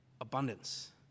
Abundance